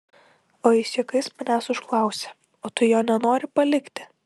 o jis juokais manęs užklausė o tu jo nenori palikti